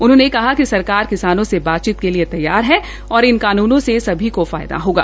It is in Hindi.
उन्होंने कहा कि सरकार किसानों से बातचीत के लिए तैयार है और इन कानूनों से सभी को फायदा होगा